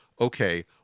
okay